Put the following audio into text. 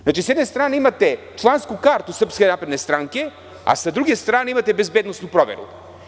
Znači, s jedne strane imate člansku kartu SNS, a sa druge strane imate bezbednosnu proveru.